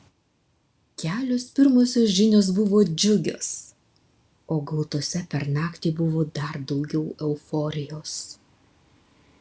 kelios pirmosios žinios buvo džiugios o gautose per naktį buvo dar daugiau euforijos